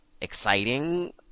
exciting